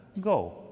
go